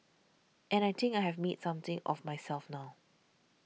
and I think I have made something of myself now